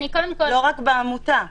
לא רק בעמותה.